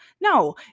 No